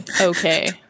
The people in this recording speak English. okay